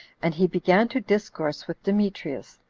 and he began to discourse with demetrius,